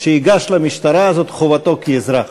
שייגש למשטרה, זאת חובתו כאזרח.